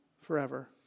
forever